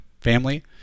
family